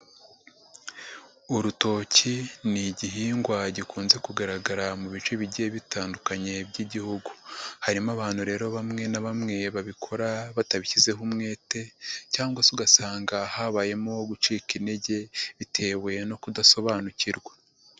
Urutoki ni igihingwa gikunze kugaragara mu bice bigiye bitandukanye by'igihugu. Harimo abantu rero bamwe na bamwe babikora batabishyizeho umwete cyangwa se ugasanga habayemo gucika intege bitewe no kudasobanukirwa.